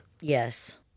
Yes